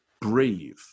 breathe